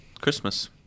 Christmas